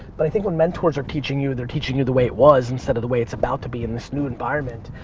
but i think when mentors are teaching you they're teaching you the way it was instead of the way it's about to be in this new environment.